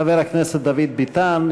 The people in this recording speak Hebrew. חבר הכנסת דוד ביטן,